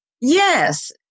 Yes